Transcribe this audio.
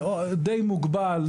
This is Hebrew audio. זה די מוגבל.